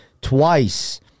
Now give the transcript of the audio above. twice